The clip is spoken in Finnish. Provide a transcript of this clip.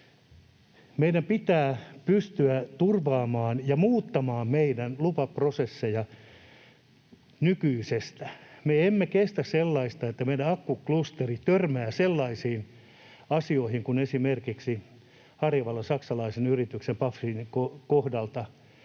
Meidän pitää pystyä turvaamaan ja muuttamaan meidän lupaprosesseja nykyisestä. Me emme kestä sellaista, että meidän akkuklusteri törmää sellaisiin asioihin kuin esimerkiksi Harjavallassa saksalaisen yrityksen BASFin kohdalla,